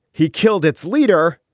he killed its leader.